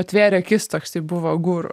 atvėrė akis toksai buvo guru